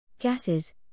Gases